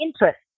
interest